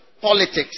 Politics